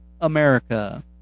America